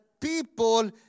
people